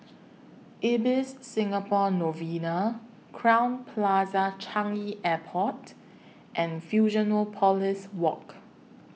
Ibis Singapore Novena Crowne Plaza Changi Airport and Fusionopolis Walk